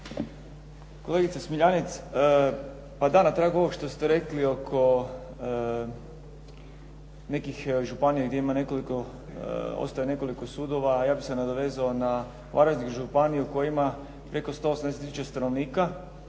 Kolegice Smiljanec, pa da, na tragu ovog što ste rekli oko nekih županija gdje ima nekoliko, ostaje nekoliko sudova, ja bih se nadovezao na Varaždinsku županiju koja ima preko 180 tisuća stanovnika